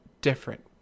different